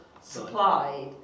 supplied